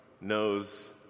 knows